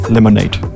Lemonade